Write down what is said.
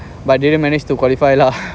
but I didn't manage to qualify lah